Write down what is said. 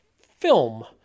film